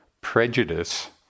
prejudice